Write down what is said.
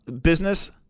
business